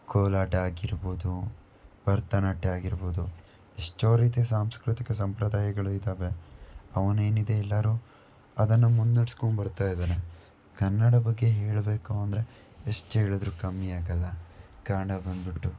ಕೋಲಾಟ ಆಗಿರ್ಬೋದು ಭರತನಾಟ್ಯ ಆಗಿರ್ಬೋದು ಎಷ್ಟೋ ರೀತಿಯ ಸಾಂಸ್ಕೃತಿಕ ಸಂಪ್ರದಾಯಗಳು ಇದ್ದಾವೆ ಅವೇನೇನಿದೆ ಎಲ್ಲರೂ ಅದನ್ನು ಮುನ್ನಡ್ಸ್ಕೊಂಡು ಬರ್ತಾ ಇದ್ದಾರೆ ಕನ್ನಡ ಬಗ್ಗೆ ಹೇಳಬೇಕು ಅಂದರೆ ಎಷ್ಟು ಹೇಳಿದರೂ ಕಮ್ಮಿ ಆಗೋಲ್ಲ ಕಾರಣ ಬಂದುಬಿಟ್ಟು